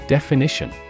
Definition